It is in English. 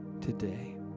today